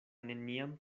neniam